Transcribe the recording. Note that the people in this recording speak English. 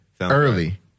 early